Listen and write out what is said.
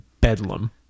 bedlam